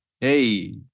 Hey